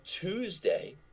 Tuesday